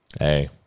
hey